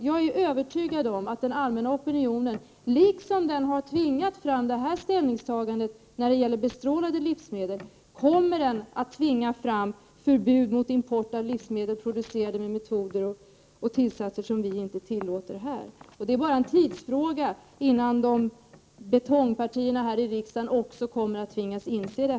Jag är övertygad om att den allmänna opinionen kommer att tvinga fram förbud mot import av livsmedel producerade med metoder och tillsatser som vi inte tillåter här, liksom den har tvingat fram detta ställningstagande när det gäller bestrålade livsmedel. Det är bara en tidsfråga innan betongpartierna här i riksdagen också kommer att tvingas inse det.